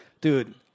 Dude